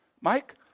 Mike